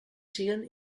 siguen